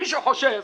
מי שחושב